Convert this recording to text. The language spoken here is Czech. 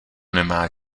nemá